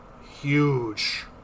huge